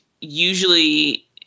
usually